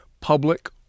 public